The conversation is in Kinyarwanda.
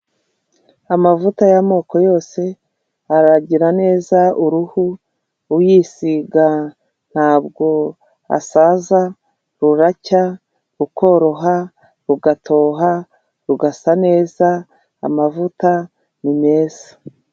Amavuta y'amoko yose aragira neza uruhu, uyisiga ntabwo asaza, ruracya rukoroha rugatoha, rugasa neza, amavuta ni meza.